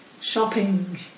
shopping